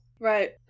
Right